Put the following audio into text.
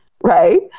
right